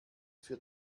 für